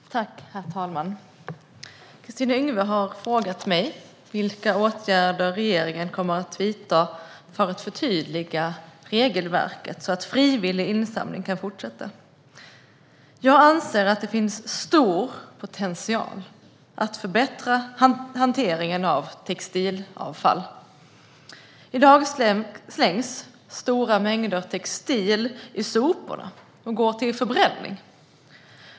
Herr talman! Kristina Yngwe har frågat mig vilka åtgärder regeringen kommer att vidta för att förtydliga regelverket så att frivillig insamling kan fortsätta. Jag anser att det finns stor potential att förbättra hanteringen av textilavfall. I dag slängs stora mängder textilier i soporna och går till förbränning.